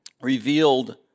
revealed